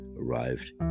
arrived